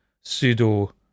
pseudo